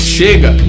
Chega